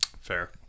Fair